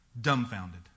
dumbfounded